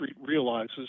realizes